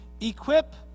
equip